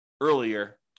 earlier